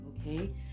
okay